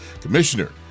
Commissioner